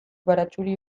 baratxuri